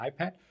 iPad